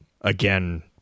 again